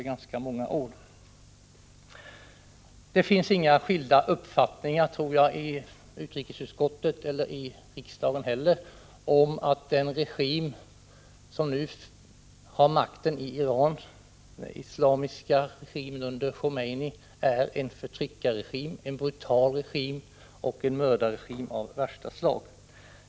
Jag tror inte att det finns några skilda uppfattningar i utrikesutskottet eller riksdagen om den regim som nu har makteni Iran. Den islamiska regimen under Khomeini är en brutal förtryckaroch mördarregim av värsta slag.